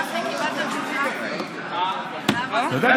אתה יודע,